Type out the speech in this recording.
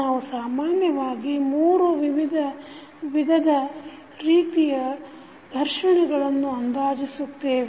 ನಾವು ಸಾಮಾನ್ಯವಾಗಿ 3 ವಿವಿಧ ರೀತಿಯ ಘರ್ಷಣೆಗಳನ್ನು ಅಂದಾಜಿಸುತ್ತೇವೆ